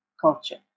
culture